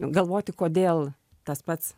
galvoti kodėl tas pats